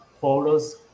photos